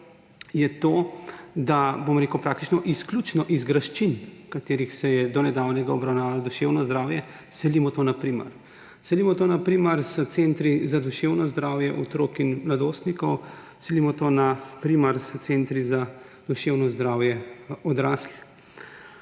je to, da praktično izključno iz graščin, v katerih se je do nedavnega obravnavalo duševno zdravje, selimo to na primar. Selimo to na primar s centri za duševno zdravje otrok in mladostnikov, selimo to na primar s centri za duševno zdravje odraslih.